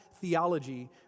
theology